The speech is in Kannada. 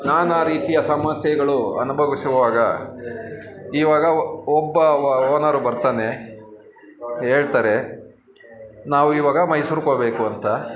ನಾನಾ ರೀತಿಯ ಸಮಸ್ಯೆಗಳು ಅನುಭವಿಸುವಾಗ ಇವಾಗ ಒಬ್ಬ ಓನರ್ ಬರ್ತಾನೆ ಹೇಳ್ತಾರೆ ನಾವು ಇವಾಗ ಮೈಸೂರ್ಗೋಗ್ಬೇಕು ಅಂತ